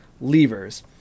levers